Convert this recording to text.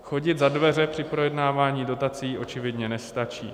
Chodit za dveře při projednávání dotací očividně nestačí.